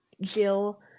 jill